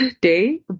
day